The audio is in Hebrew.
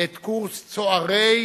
את קורס צוערי